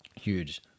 huge